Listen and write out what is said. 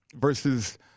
versus